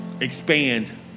Expand